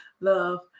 Love